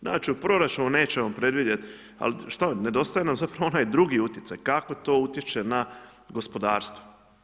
Znači u proračunu nećemo predvidjeti ali što nedostaje nam zapravo onaj drugi utjecaj kako to utječe na gospodarstvo.